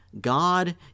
God